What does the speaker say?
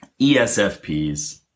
ESFPs